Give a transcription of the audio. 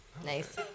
Nice